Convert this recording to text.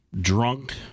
Drunk